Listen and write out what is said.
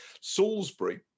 Salisbury